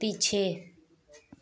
पीछे